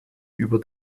über